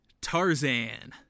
tarzan